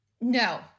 No